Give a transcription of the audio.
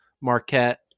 Marquette